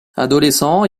adolescent